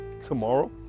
tomorrow